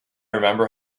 remember